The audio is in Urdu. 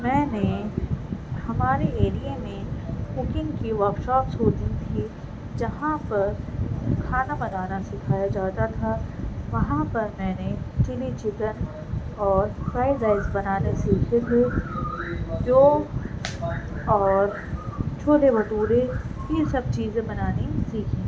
میں نے ہمارے ایریے میں ککنگ کی ورکشاپس ہوتیں تھی جہاں پر کھانا بنانا سکھایا جاتا تھا وہاں پر میں نے چلی چکن اور فرائڈ رائس بنانے سیکھے تھے جو اور چھولے بھٹورے یہ سب چیزیں بنانی سیکھیں تھی